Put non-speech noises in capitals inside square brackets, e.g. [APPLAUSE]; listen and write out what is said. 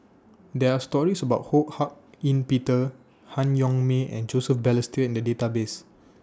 [NOISE] There Are stories about Ho Hak Ean Peter Han Yong May and Joseph Balestier in The Database